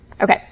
okay